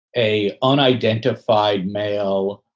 a unidentified male,